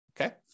Okay